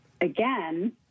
again